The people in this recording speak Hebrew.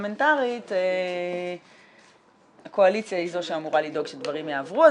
פרלמנטארית הקואליציה היא זו שאמורה לדאוג שדברים יעברו.